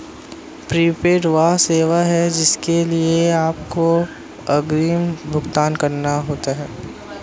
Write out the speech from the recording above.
prepaid वह सेवा है जिसके लिए आपको अग्रिम भुगतान करना होता है